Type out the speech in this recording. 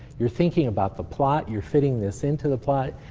you're thinking about the plot, you're fitting this into the plot.